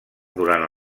durant